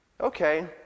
Okay